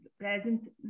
present